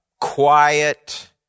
quiet